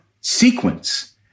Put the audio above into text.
sequence